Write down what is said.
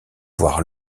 voir